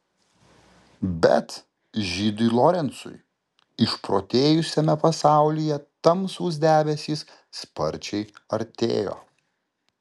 bet žydui lorencui išprotėjusiame pasaulyje tamsūs debesys sparčiai artėjo